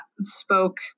spoke